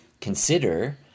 consider